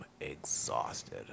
exhausted